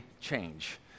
change